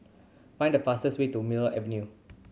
find the fastest way to Mill Avenue